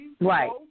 Right